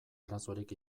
arazorik